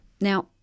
Now